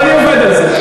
אני עובד על זה.